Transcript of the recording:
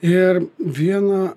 ir vieną